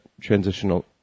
transitional